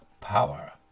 power